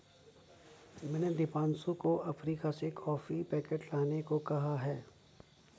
मैंने दीपांशु को अफ्रीका से कॉफी पैकेट लाने को कहा है